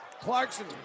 Clarkson